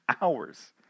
hours